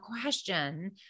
question